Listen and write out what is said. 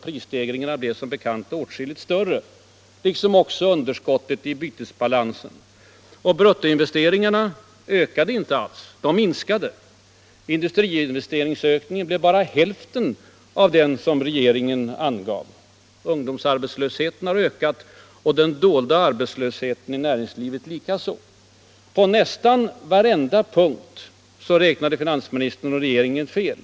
Prisstegringarna blev som bekant åtskilligt större liksom underskottet i bytesbalansen. Bruttoinvesteringarna ökade inte alls, utan minskade. Industriinvesteringsökningen blev bara hälften av den som regeringen angav. Ungdomsarbetslösheten har ökat och den dolda arbetslösheten i näringslivet likaså. På nästan varje punkt räknade finansministern och regeringen fel.